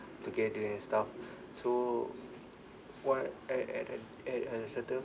together and stuff so what I at at at a certain